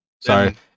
Sorry